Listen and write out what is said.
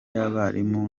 y’abarimu